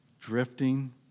drifting